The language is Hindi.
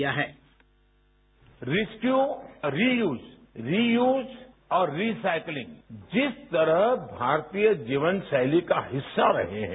साउंड बाईट रिस्क्यू रियूज रियूज और रिसाइक्लिंग जिस तरह भारतीय जीवन शैली का हिस्सा रहे हैं